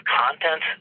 content